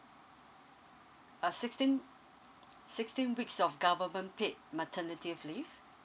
uh sixteen sixteen weeks of government paid maternity leave